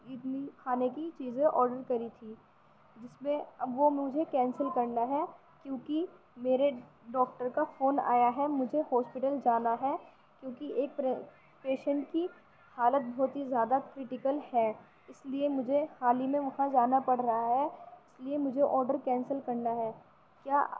اتنی کھانے کی چیزیں آرڈر کری تھیں جس میں اب وہ مجھے کینسل کرنا ہے کیوں کہ میرے ڈاکٹر کا فون آیا ہے مجھے ہاسپٹل جانا ہے کیوں کہ ایک پیشنٹ کی حالت بہت ہی زیادہ کریٹکل ہے اس لیے مجھے حال ہی میں وہاں جانا پڑ رہا ہے اس لیے مجھے آرڈر کینسل کرنا ہے کیا